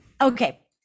okay